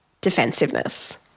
defensiveness